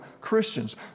Christians